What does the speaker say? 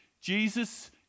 Jesus